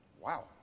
Wow